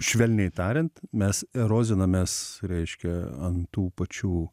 švelniai tariant mes erozinamės reiškia ant tų pačių